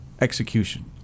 execution